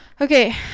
Okay